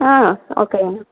ah okay ma'am